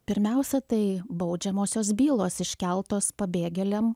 pirmiausia tai baudžiamosios bylos iškeltos pabėgėliam